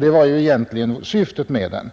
Detta var egentligen det primära syftet med motionen.